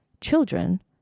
children